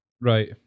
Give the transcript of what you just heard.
Right